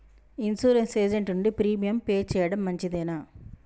Insurance agent నుండి premium pay చేయడం మంచిదేనా?